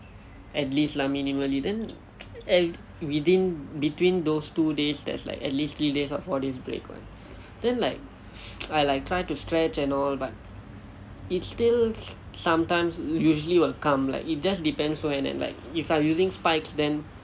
at least lah minimally then and within between those two days there's like at least three days or four days break [what] then like I like try to stretch at all but it still sometimes usually will come just depends when and like if I'm using spikes then